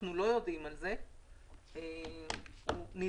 ואנחנו לא יודעים אם הוא נדבק